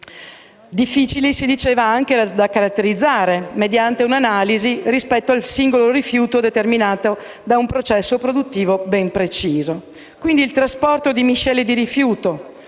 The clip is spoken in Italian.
si diceva, difficili anche da caratterizzare mediante un'analisi rispetto al singolo rifiuto determinato da un processo produttivo ben preciso. Quindi, il trasporto di miscele di rifiuto,